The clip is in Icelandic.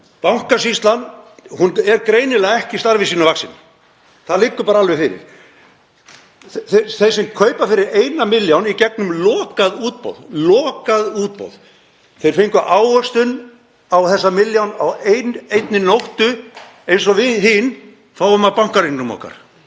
Bankasýslan er greinilega ekki starfi sínu vaxin. Það liggur bara alveg fyrir. Þeir sem keyptu fyrir eina milljón í gegnum lokað útboð fengu ávöxtun á þessa milljón á einni nóttu eins og við hin fáum af bankareikningnum okkar